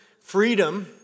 Freedom